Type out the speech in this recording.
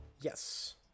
Yes